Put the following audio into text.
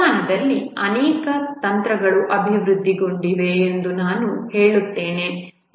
ಶತಮಾನದಲ್ಲಿ ಅನೇಕ ತಂತ್ರಗಳು ಅಭಿವೃದ್ಧಿಗೊಂಡಿವೆ ಎಂದು ನಾನು ಹೇಳುತ್ತಿದ್ದೇನೆ